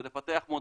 זה לפתח מודעות